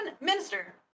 minister